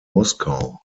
moskau